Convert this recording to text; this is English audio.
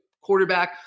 quarterback